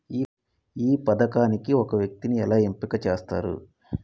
ఈ పథకానికి ఒక వ్యక్తిని ఎలా ఎంపిక చేస్తారు?